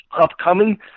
Upcoming